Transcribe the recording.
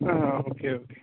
ആ okay okay